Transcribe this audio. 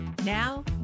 Now